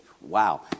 Wow